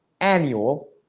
annual